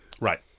Right